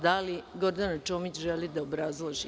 Da li Gordana Čomić želi da obrazloži?